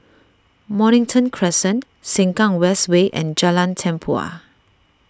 Mornington Crescent Sengkang West Way and Jalan Tempua